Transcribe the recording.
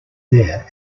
there